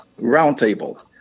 Roundtable